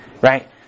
right